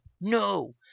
No